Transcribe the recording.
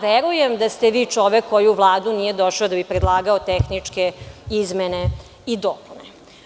Verujem da ste vi čovek koji u Vladu nije došao da bi predlagao tehničke izmene i dopune.